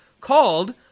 called